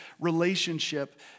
relationship